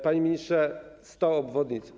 Panie ministrze, 100 obwodnic.